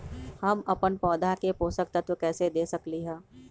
हम अपन पौधा के पोषक तत्व कैसे दे सकली ह?